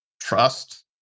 trust